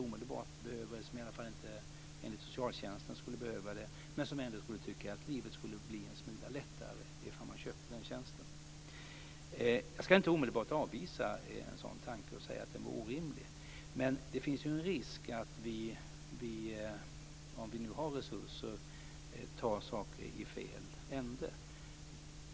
omedelbart behöver det, eller som i varje fall inte enligt socialstjänsten skulle behöva det, men som ändå skulle tycka att livet skulle bli en smula lättare ifall de köpte den tjänsten. Jag ska inte direkt avvisa en sådan tanke och säga att den är orimlig. Men det finns en risk att om vi nu har resurser tar vi saker i fel ända.